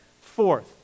Fourth